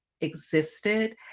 existed